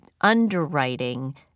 underwriting